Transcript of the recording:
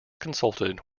consulted